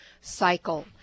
cycle